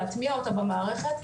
להטמיע אותה במערכת,